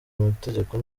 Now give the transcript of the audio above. amategeko